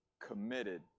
committed